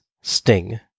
Sting